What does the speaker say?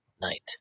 night